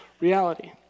reality